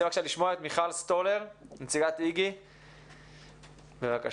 מיכל סטולר, נציגת איגי, בבקשה.